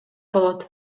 болот